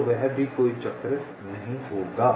तो वह भी कोई चक्र नहीं होगा